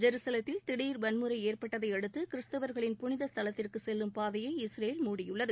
ஜெருசலத்தில் திடர் வன்முறை ஏற்பட்டதையடுத்து கிறிஸ்தவர்களின் புனித ஸ்தலத்திற்கு செல்லும் பாதையை இஸ்ரேல் முடியுள்ளது